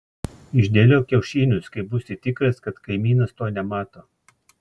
išdėliok kiaušinius kai būsi tikras kad kaimynas to nemato